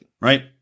right